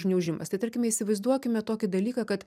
užgniaužimas tai tarkime įsivaizduokime tokį dalyką kad